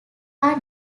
are